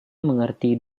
mengerti